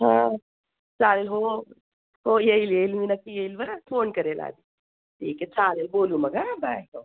हा चालेल हो हो हो येईल येईल मी नक्की येईल बरं फोन करेल आधी ठीक आहे चालेल बोलू मग हा बाय हो